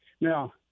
Now